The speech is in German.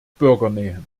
bürgernähe